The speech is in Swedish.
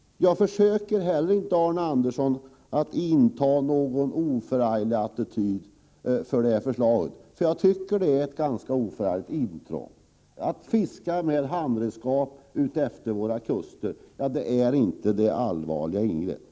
Jag försöker inte, Arne Andersson, att inta någon överslätande attityd inför det här förslaget. Jag tycker nämligen att det är ett ganska oförargligt intrång. Att fiska med handredskap utefter våra kuster är inte något allvarligt ingrepp.